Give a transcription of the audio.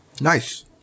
Nice